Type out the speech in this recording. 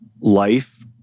life